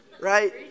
right